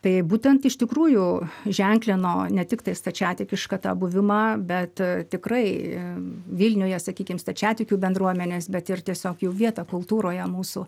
tai ir būtent iš tikrųjų ženklino ne tiktai stačiatikišką tą buvimą bet tikrai vilniuje sakykim stačiatikių bendruomenės bet ir tiesiog jų vietą kultūroje mūsų